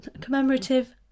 commemorative